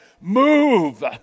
move